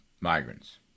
migrants